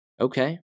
Okay